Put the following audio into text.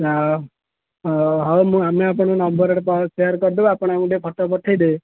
ଆଚ୍ଛା ହଉ ମୁଁ ଆମେ ଆପଣଙ୍କ ନମ୍ବର୍ରେ ସେୟାର୍ କରିଦେବୁ ଆପଣ ଆମକୁ ଟିକେ ଫୋଟୋ ପଠେଇଦେବେ